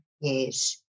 Yes